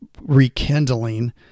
rekindling